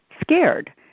scared